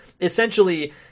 essentially